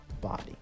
body